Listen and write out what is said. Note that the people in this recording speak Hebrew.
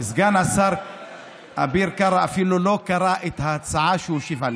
סגן השר אביר קארה אפילו לא קרא את ההצעה שהוא השיב עליה.